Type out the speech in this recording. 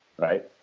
right